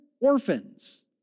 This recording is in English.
orphans